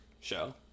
show